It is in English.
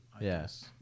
yes